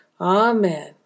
Amen